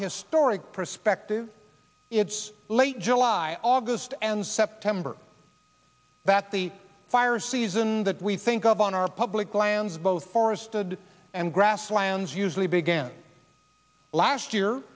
historic perspective it's late july august and september that the fire season that we think of on our public lands both forested and grasslands usually began last year